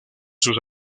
sus